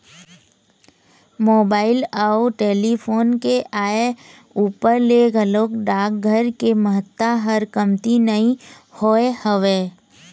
mobile अउ telephone के आय ऊपर ले घलोक डाकघर के महत्ता ह कमती नइ होय हवय